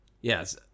yes